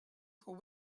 for